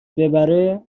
ببره